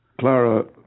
Clara